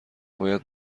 باید